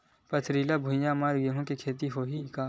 पथरिला भुइयां म गेहूं के खेती होही का?